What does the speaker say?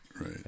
Right